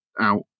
out